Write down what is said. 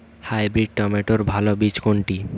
Hybrid টমেটোর ভালো বীজ কোনটি?